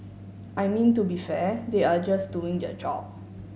I mean to be fair they are just doing their job